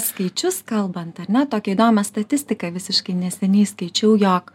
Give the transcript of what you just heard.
skaičius kalbant ar ne tokią įdomią statistiką visiškai neseniai skaičiau jog